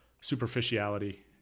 superficiality